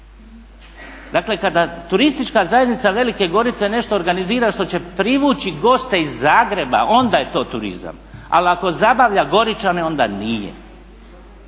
Dakle kada turistička zajednice Velike Gorice nešto organizira što će privući goste iz Zagreba onda je to turizam, ali ako zabavlja Goričane onda nije,